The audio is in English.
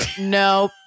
no